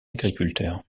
agriculteur